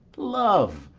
love,